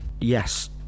yes